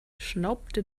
schnaubte